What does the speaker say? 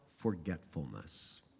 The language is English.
forgetfulness